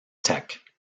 tech